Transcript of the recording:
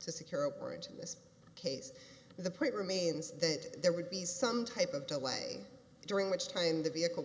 to secure a bridge in this case the point remains that there would be some type of delay during which time the vehicle